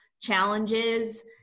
challenges